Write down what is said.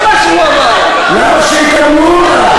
זה מה שהוא אמר, שאתה לא עוזר לו.